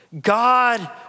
God